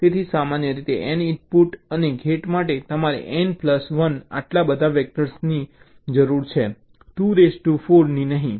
તેથી સામાન્ય રીતે N ઇનપુટ અને ગેટ માટે તમારે N પ્લસ 1 આટલા બધા ટેસ્ટ વેક્ટર્સની જરૂર છે 24 ની નહીં